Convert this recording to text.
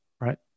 right